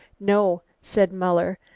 no, said muller,